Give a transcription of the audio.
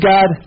God